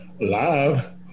live